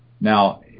Now